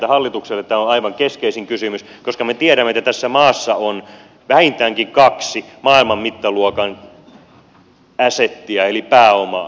hallitukselle tämä on aivan keskeisin kysymys koska me tiedämme että tässä maassa on vähintäänkin kaksi itse asiassa kolme maailman mittaluokan assettia eli pääomaa